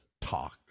talk